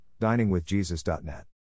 diningwithjesus.net